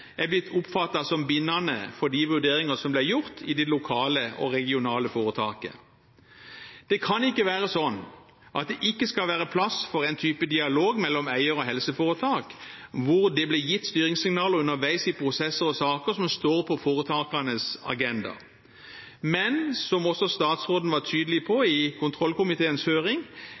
er blitt oppfattet som bindende for de vurderinger som ble gjort i det lokale og regionale foretaket. Det kan ikke være sånn at det ikke skal være plass for en type dialog mellom eier og helseforetak hvor det blir gitt styringssignaler underveis i prosesser og saker som står på foretakenes agenda. Men som også statsråden var tydelig